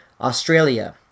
australia